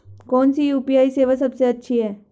कौन सी यू.पी.आई सेवा सबसे अच्छी है?